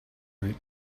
route